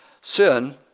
Sin